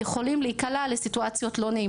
יכולים להיקלע לסיטואציות לא נעימות בתוך הרשת.